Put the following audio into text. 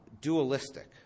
dualistic